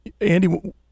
Andy